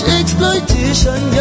exploitation